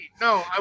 No